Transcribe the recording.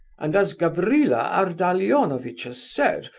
and, as gavrila ardalionovitch has said,